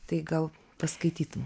tai gal paskaitytum